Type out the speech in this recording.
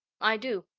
i do,